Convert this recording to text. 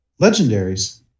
legendaries